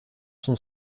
son